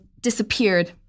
disappeared